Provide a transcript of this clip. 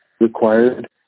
required